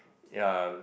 yeah